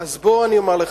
אז בוא ואני אומר לך,